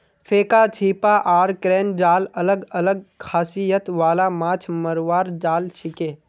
फेका छीपा आर क्रेन जाल अलग अलग खासियत वाला माछ मरवार जाल छिके